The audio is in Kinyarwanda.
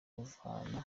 kuvana